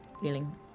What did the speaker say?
feeling